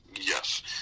Yes